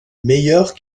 meilleurs